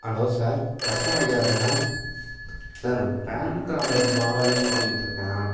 hello sir customer care தானா sir இந்த PAN card ரொம்ப நாளாக யூஸ் பண்ணிகிட்ருக்கேன்